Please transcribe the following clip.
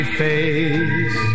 face